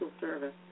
Service